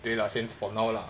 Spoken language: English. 对了 since for now lah